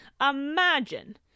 Imagine